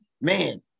Man